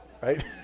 Right